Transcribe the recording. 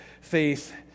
faith